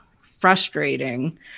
frustrating